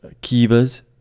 Kivas